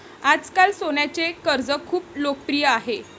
आजकाल सोन्याचे कर्ज खूप लोकप्रिय आहे